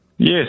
Yes